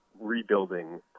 rebuilding